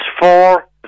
four